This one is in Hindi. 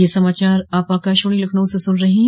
ब्रे क यह समाचार आप आकाशवाणी लखनऊ से सुन रहे हैं